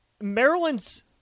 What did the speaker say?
Maryland's